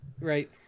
Right